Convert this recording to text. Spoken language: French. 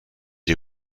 est